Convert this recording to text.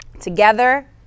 together